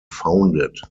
founded